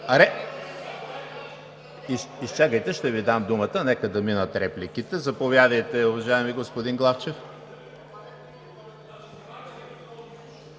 Изчакайте, ще Ви дам думата, нека да минат репликите. Заповядайте, уважаеми господин Главчев.